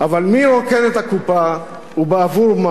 אבל מי רוקן את הקופה, ובעבור מה?